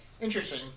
Interesting